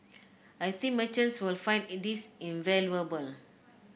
I think merchants will find this invaluable